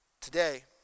Today